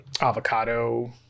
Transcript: avocado